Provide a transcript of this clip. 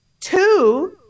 Two